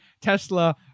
Tesla